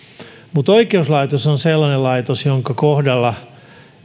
mutta oikeuslaitos on sellainen laitos jonka kohdalla